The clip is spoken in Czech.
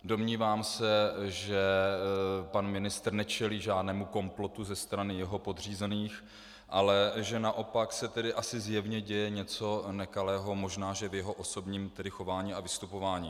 Domnívám se, že pan ministr nečelí žádnému komplotu ze strany svých podřízených, ale že naopak se tedy asi zjevně děje něco nekalého, možná že v jeho osobním chování a vystupování.